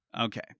okay